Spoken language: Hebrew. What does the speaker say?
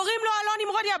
קוראים לו אלון נמרודי.